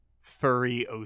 furry